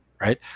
Right